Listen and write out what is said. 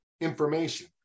information